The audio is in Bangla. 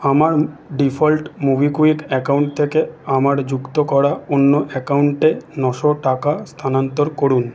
আমার ডিফল্ট মোবিকুইক অ্যাকাউন্ট থেকে আমার যুক্ত করা অন্য অ্যাকাউন্টে নশো টাকা স্থানান্তর করুন